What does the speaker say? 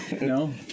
no